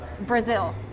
Brazil